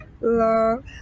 love